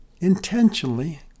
intentionally